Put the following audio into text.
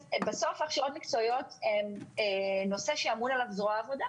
ההכשרות המקצועיות הן נושא שאמונה עליו זרוע העבודה.